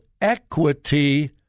equity